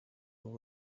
ubu